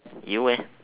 you eh